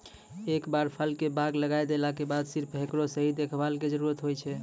एक बार फल के बाग लगाय देला के बाद सिर्फ हेकरो सही देखभाल के जरूरत होय छै